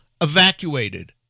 evacuated